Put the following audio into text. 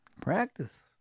practice